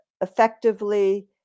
effectively